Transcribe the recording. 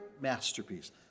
Masterpiece